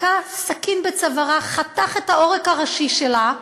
תקע סכין בצווארה, חתך את העורק הראשי שלה.